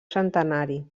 centenari